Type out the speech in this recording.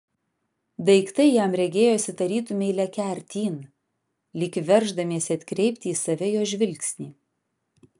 daiktai jam regėjosi tarytumei lekią artyn lyg verždamiesi atkreipti į save jo žvilgsnį